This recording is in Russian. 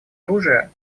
оружия